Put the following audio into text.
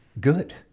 good